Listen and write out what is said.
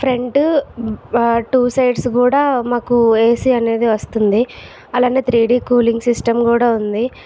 front two sides కూడా మాకు AC అనేది వస్తుంది అలానే త్రీడి కూలింగ్ సిస్టమ్ కూడా ఉంది